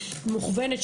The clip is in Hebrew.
מוכוונת,